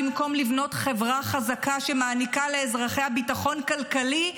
במקום לבנות חברה חזקה שמעניקה לאזרחיה ביטחון כלכלי,